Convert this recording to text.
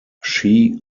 shi